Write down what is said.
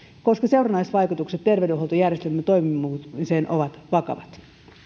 koska seurannaisvaikutukset terveydenhuoltojärjestelmämme toimimattomuuteen ovat vakavat